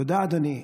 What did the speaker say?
תודה, אדוני.